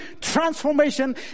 transformation